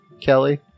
Kelly